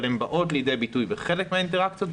אבל הן באות לידי ביטוי בחלק מהאינטראקציות,